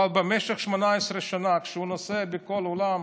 אבל במשך 18 שנה, כשהוא נוסע בכל העולם,